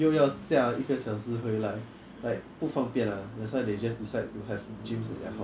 ya lah but that risk is something that you have to take to keep learning lah because if you don't do it